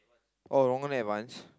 oh Rong-En advance